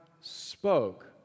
spoke